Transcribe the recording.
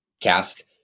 cast